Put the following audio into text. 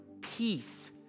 peace